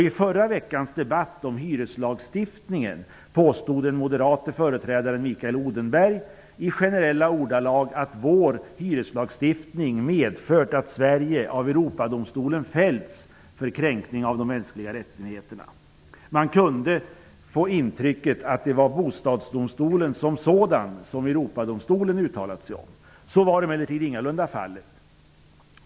I förra veckans debatt om hyreslagstiftningen påstod den moderate företrädaren Mikael Odenberg i generella ordalag att vår hyreslagstiftning medfört att Sverige av Europadomstolen fällts för kränkning av de mänskliga rättigheterna. Man kunde av detta inlägg få intrycket att det var Europadomstolen uttalat sig om. Så var emellertid ingalunda fallet.